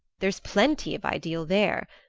there's plenty of ideal there.